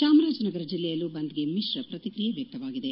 ಚಾಮರಾಜನಗರ ಜೆಲ್ಲೆಯಲ್ಲೂ ಬಂದ್ಗೆ ಮಿಶ್ರ ಪ್ರತಿಕ್ರಿಯೆ ವ್ಯಕ್ತವಾಗಿದೆ